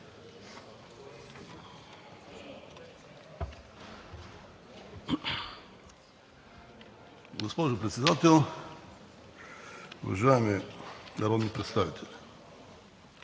госпожо Председател. Уважаеми народни представители!